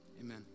Amen